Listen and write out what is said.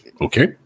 Okay